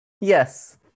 Yes